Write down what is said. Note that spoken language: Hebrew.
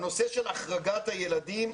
בנושא של החרגת הילדים,